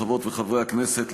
חברות וחברי הכנסת,